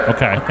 Okay